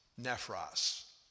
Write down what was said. nephros